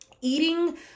Eating